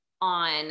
on